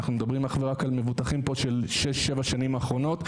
אנחנו מדברים אך ורק על מבוטחים פה של 6-7 שנים אחרונות.